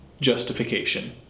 justification